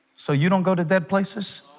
so you don't go to dead places